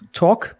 talk